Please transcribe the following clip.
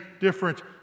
different